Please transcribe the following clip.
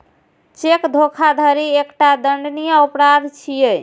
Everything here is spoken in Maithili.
चेक धोखाधड़ी एकटा दंडनीय अपराध छियै